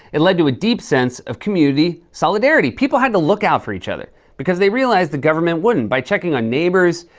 it led to a deep sense of community solidarity. people had to look out for each other because they realized the government wouldn't, by checking on neighbors,